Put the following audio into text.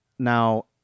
now